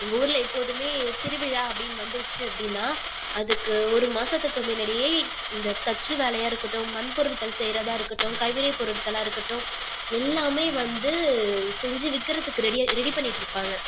எங்கள் ஊரில் எப்போதுமே திருவிழா அப்படின்னு வந்துருச்சு அப்படின்னா அதுக்கு ஒரு மாதத்துக்கு முன்னடியே இந்த தச்சு வேலையாக இருக்கட்டும் மண் பொருட்கள் செய்கிறதா இருக்கட்டும் கைவினை பொருட்களாக இருக்கட்டும் எல்லாமே வந்து செஞ்சு விற்கிறத்துக்கு ரெடியாக ரெடி பண்ணிட்டு இருப்பாங்க